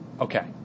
Okay